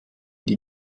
die